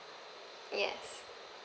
yes